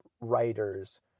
writers